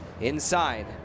Inside